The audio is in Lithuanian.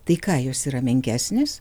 tai ką jos yra menkesnės